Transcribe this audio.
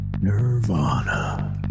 Nirvana